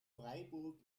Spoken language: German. freiburg